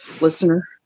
listener